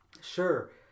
Sure